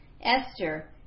Esther